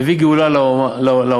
מביא גאולה לעולם,